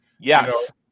Yes